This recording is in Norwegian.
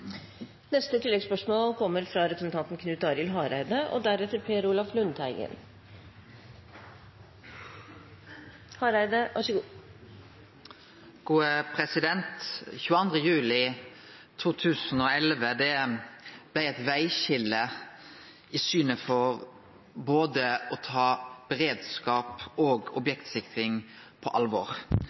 Knut Arild Hareide – til oppfølgingsspørsmål. 22. juli 2011 blei eit vegskil i synet på å ta både beredskap og objektsikring på alvor,